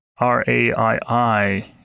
raii